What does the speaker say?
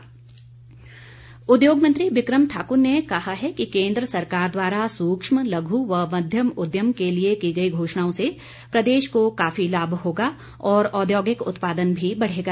बिक्रम ठाकुर उद्योग मंत्री बिक्रम ठाकुर ने कहा है कि केन्द्र सरकार द्वारा सूक्ष्म लघु व मध्यम उद्यम के लिए की गई घोषणाओं से प्रदेश को काफी लाभ होगा और औद्योगिक उत्पादन भी बढ़ेगा